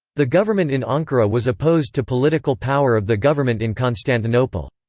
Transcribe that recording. the government in ankara was opposed to political power of the government in constantinople.